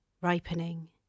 ripening